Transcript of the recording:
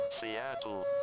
Seattle